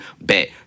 Bet